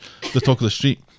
thetalkofthestreet